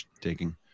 taking